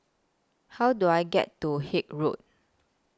How Do I get to Haig Road